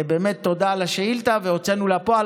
באמת תודה על השאילתה, והוצאנו לפועל.